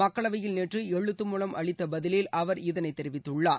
மக்களவையில் நேற்று எழுத்து மூலம் அளித்த பதிலில் அவர் இதனைத் தெரிவித்தார்